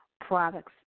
products